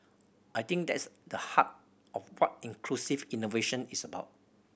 I think that's the heart of what inclusive innovation is about